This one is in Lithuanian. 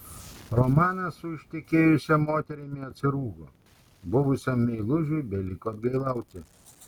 romanas su ištekėjusia moterimi atsirūgo buvusiam meilužiui beliko atgailauti